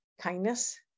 kindness